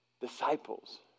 disciples